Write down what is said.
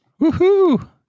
Woohoo